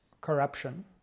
corruption